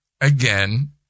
again